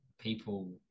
people